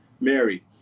Mary